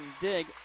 dig